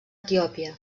etiòpia